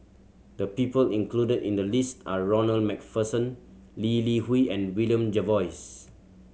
the people included in the list are Ronald Macpherson Lee Li Hui and William Jervois